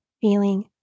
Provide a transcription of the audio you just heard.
feeling